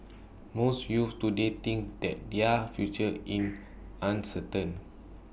most youths today think that their future in uncertain